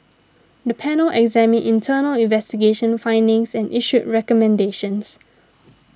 the panel examined internal investigation findings and issued recommendations